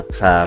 sa